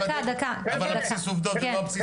אבל על בסיס עובדות ולא על בסיס סיפורים.